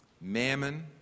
mammon